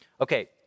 Okay